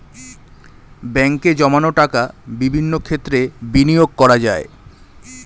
ব্যাঙ্কে জমানো টাকা বিভিন্ন ক্ষেত্রে বিনিয়োগ করা যায়